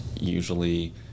usually